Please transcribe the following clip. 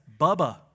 Bubba